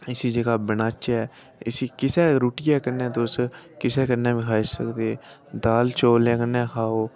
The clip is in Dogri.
ते इसी जेह्का बनाचै इसी किसै रुट्टियै कन्नै बी तुस दाल चौलें कन्नै खाओ